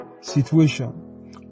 situation